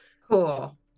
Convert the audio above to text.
cool